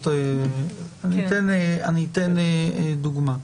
אני אתן דוגמה.